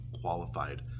qualified